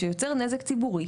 שיוצר נזק ציבורי,